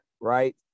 Right